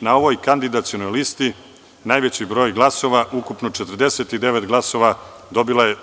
Na ovoj kandidacionoj listi najveći broj glasova, ukupno 49 glasova, dobila je